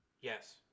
Yes